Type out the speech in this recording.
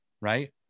right